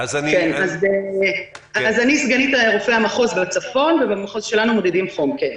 אני סגנית רופא המחוז בצפון ובמחוז שלנו מודדים חום.